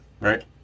right